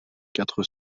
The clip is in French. quatre